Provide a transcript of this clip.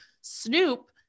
Snoop